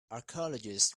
archaeologists